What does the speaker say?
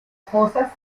fosas